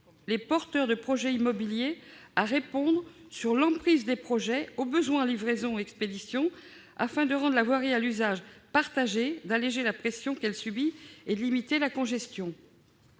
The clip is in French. les porteurs de projets immobiliers à répondre, au travers de l'emprise des projets, aux besoins en livraison et expédition, afin de rendre la voirie à l'usage partagé, d'alléger la pression qu'elle subit et de limiter la congestion.